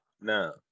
No